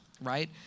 right